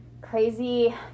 crazy